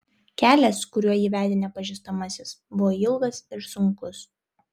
kelias kuriuo jį vedė nepažįstamasis buvo ilgas ir sunkus